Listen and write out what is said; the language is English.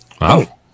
Wow